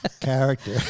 character